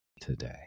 today